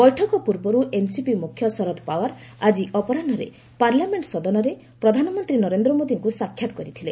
ବୈଠକ ପୂର୍ବରୁ ଏନ୍ସିପି ମୁଖ୍ୟ ଶରଦ୍ ପାୱାର୍ ଆଜି ଅପରାହୁରେ ପାର୍ଲାମେଣ୍ଟ ସଦନରେ ପ୍ରଧାନମନ୍ତ୍ରୀ ନରେନ୍ଦ୍ର ମୋଦିଙ୍କୁ ସାକ୍ଷାତ୍ କରିଥିଲେ